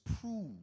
prove